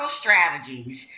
strategies